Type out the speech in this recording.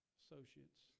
associates